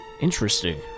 Interesting